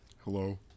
Hello